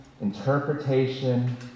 interpretation